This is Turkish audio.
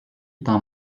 iddia